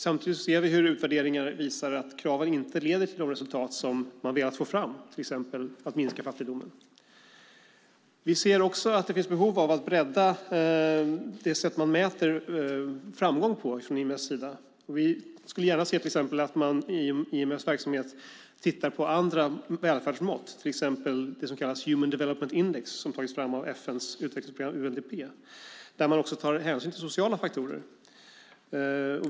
Samtidigt ser vi hur utvärderingar visar att kraven inte leder till de resultat som man velat få fram, till exempel att minska fattigdomen. Vi ser också att det finns behov av att bredda det sätt som IMF mäter framgång på. Vi skulle gärna se att man i IMF:s verksamhet tittar på andra välfärdsmått, till exempel det som kallas Human Development Index som tagits fram av FN:s utvecklingsprogram UNDP och där man också tar hänsyn till sociala faktorer.